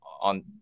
on